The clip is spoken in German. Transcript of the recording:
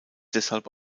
deshalb